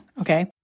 Okay